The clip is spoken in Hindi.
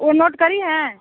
वो नोट करी हैं